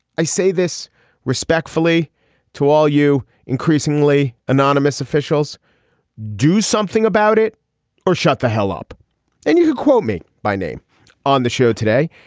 i say this respectfully to all you. increasingly anonymous officials do something about it or shut the hell up and you quote me by name on the show today.